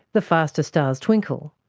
the faster stars twinkle.